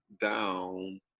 down